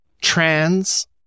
trans